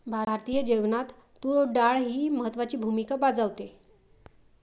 भारतीय जेवणात तूर डाळ ही महत्त्वाची भूमिका बजावते